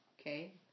Okay